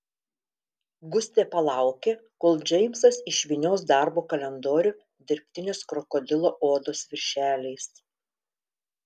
gustė palaukė kol džeimsas išvynios darbo kalendorių dirbtinės krokodilo odos viršeliais